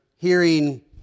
hearing